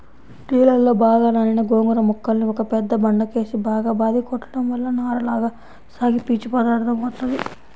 నీళ్ళలో బాగా నానిన గోంగూర మొక్కల్ని ఒక పెద్ద బండకేసి బాగా బాది కొట్టడం వల్ల నారలగా సాగి పీచు పదార్దం వత్తది